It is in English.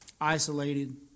isolated